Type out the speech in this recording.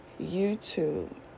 YouTube